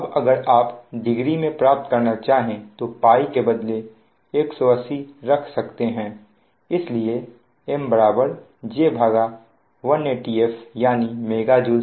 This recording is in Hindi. अब अगर आप डिग्री में प्राप्त करना चाहे तो Π के बदले 180 रख सकते हैं इसलिए M J180f यानी MJ secelect degree